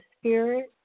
spirit